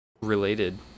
related